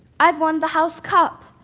i've won the house cup.